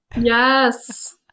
yes